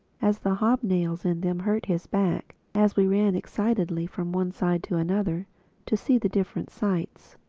as the hobnails in them hurt his back as we ran excitedly from one side to another to see the different sights.